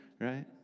Right